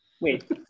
Wait